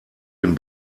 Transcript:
den